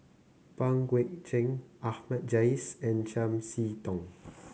Pang Guek Cheng Ahmad Jais and Chiam See Tong